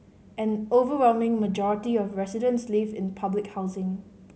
an overwhelming majority of residents live in public housing